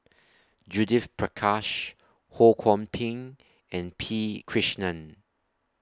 Judith Prakash Ho Kwon Ping and P Krishnan